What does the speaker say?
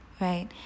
right